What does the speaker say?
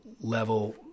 level